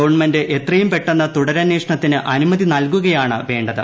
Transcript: government എത്രയും പെട്ടെന്ന് തുടരന്വേഷണത്തിന് അനുമതി നൽകുകയാണ് വേണ്ടത്